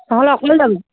নহ'লে অকলে যাম